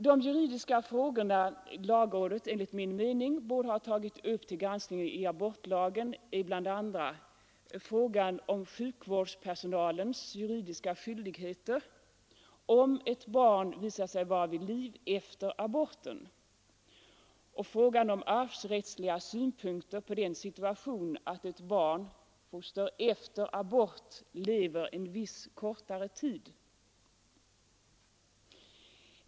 De juridiska frågor som lagrådet enligt min mening borde ha tagit upp till granskning i abortlagen är bl.,a. frågan om sjukvårdspersonalens juridiska skyldigheter, när ett barn foster efter abort lever en viss kortare tid.